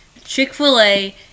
Chick-fil-A